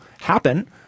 happen